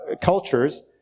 cultures